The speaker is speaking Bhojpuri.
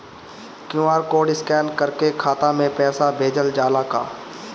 क्यू.आर कोड स्कैन करके खाता में पैसा भेजल जाला का?